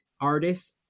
artists